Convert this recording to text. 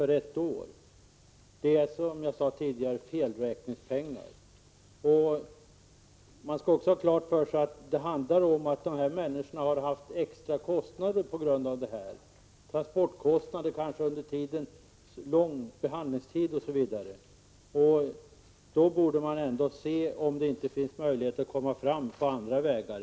Det är, som jag sade tidigare, felräkningspengar. Man skall också ha klart för sig att människorna som tillerkänns ersättning har haft extra kostnader på grund av skadan — resekostnader, inkomstbortfall under en lång behandlingstid osv. Därför borde man se efter om det inte går att komma fram på andra vägar.